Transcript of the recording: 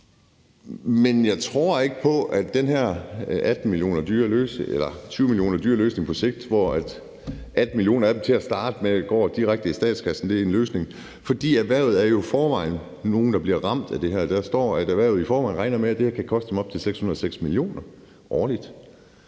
Jeg tror ikke på, at den 20 mio. kr. dyre løsning, hvor 18 mio. kr. af dem til at starte med går direkte i statskassen, på sigt er en løsning. Erhvervet er jo forvejen dem, der bliver ramt af det her. Der står, at erhvervet i forvejen regner med, at det her kan koste dem op til 606 mio. kr. årligt.